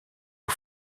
aux